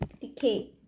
decay